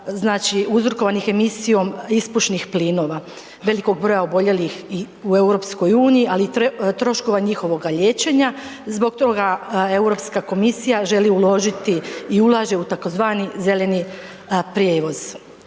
uzrokovanih emisijom ispušnih plinova, velikog broja oboljelih i u EU, ali i troškova njihovoga liječenja. Zbog toga Europska komisija želi uložiti i ulaže u tzv. zeleni prijevoz.